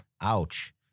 Ouch